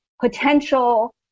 potential